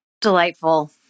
delightful